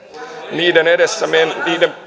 niiden edessä tältä